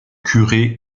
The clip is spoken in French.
curé